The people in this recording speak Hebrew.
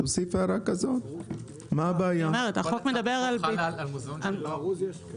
כל החוק חל על מזון שלא ארוז.